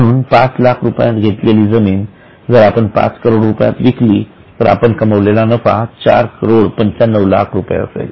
म्हणून पाच लाख रुपयात घेतलेली जमीन जर आपण पाच करोड रुपयात विकली तर आपण कमवलेला नफा चार करोड 95 लाख रुपये असेल